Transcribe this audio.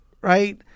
right